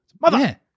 Mother